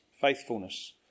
faithfulness